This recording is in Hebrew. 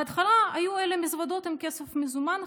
בהתחלה היו אלה מזוודות עם כסף מזומן,